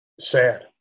sad